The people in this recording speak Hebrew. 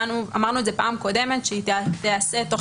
אמרנו בפעם הקודמת שהיא תיעשה תוך